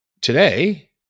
today